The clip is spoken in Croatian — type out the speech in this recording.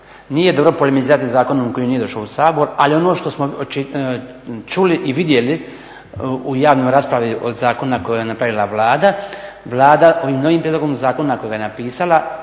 Nije dobro polemizirati o zakonu koji nije došao u Sabor, ali ono što smo čuli i vidjeli u javnoj raspravi zakona koji je napravila Vlada, Vlada ovim novim prijedlogom zakona kojega je napisala